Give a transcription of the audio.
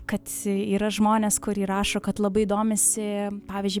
kad yra žmonės kur įrašo kad labai domisi pavyzdžiui